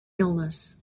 illness